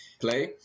play